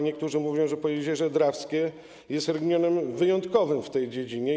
Niektórzy mówią, że Pojezierze Drawskie jest regionem wyjątkowym w tej dziedzinie.